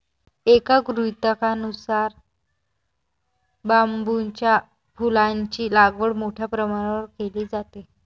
एका गृहीतकानुसार बांबूच्या फुलांची लागवड मोठ्या प्रमाणावर केली जाते